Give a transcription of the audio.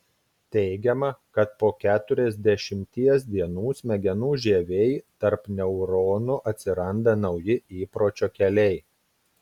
teigiama kad po keturiasdešimties dienų smegenų žievėj tarp neuronų atsiranda nauji įpročio keliai